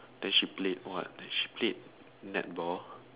then she played what she played netball